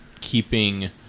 keeping